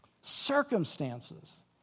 Circumstances